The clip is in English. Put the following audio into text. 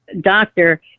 doctor